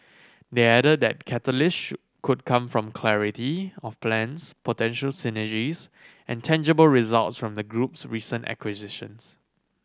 they added that catalyst could come from clarity of plans potential synergies and tangible results from the group's recent acquisitions